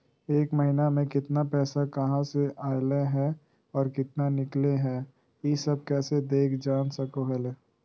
एक महीना में केतना पैसा कहा से अयले है और केतना निकले हैं, ई सब कैसे देख जान सको हियय?